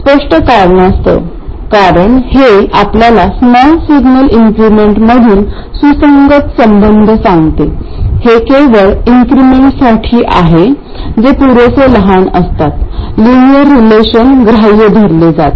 स्पष्ट कारणास्तव कारण हे आपल्याला स्मॉल सिग्नल इन्क्रिमेंटमधील सुसंगत संबंध सांगते हे केवळ इन्क्रिमेंटसाठी आहे जे पुरेसे लहान असतात लिनिअर रीलेशन ग्राह्य धरले जाते